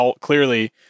clearly